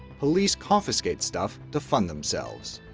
police confiscate stuff to fund themselves.